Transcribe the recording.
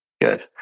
Good